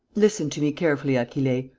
listen to me carefully, achille.